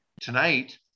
tonight –